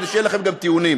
כדי שיהיו לכם גם טיעונים.